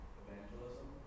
evangelism